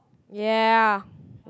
yeah